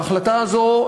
ההחלטה הזאת,